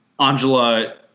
angela